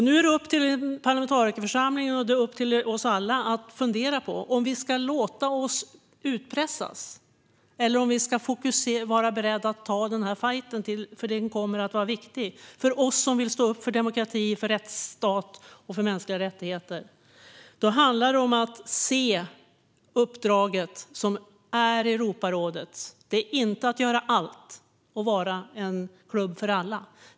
Nu är det upp till parlamentarikerförsamlingen och till oss alla att fundera på om vi ska låta oss utpressas eller om vi ska vara beredda att ta fajten. Den kommer att vara viktig för oss som vill stå upp för demokratin, rättsstaten och de mänskliga rättigheterna. Då handlar det om att se Europarådets uppdrag. Det är inte att göra allt och vara en klubb för alla.